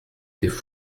étaient